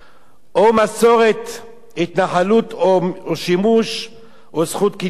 או מסורת התנחלות או שימוש או זכות קניין אחר.